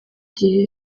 igihe